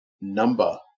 number